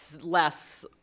less